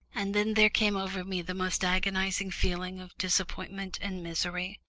and then there came over me the most agonising feeling of disappointment and misery.